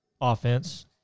offense